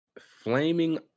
Flaming